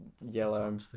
yellow